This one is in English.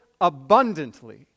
abundantly